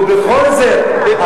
ובכל זאת,